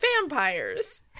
Vampires